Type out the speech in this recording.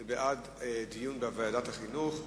זה בעד דיון בוועדת החינוך,